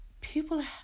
people